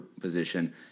position